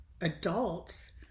adults